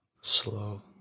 Slow